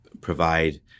provide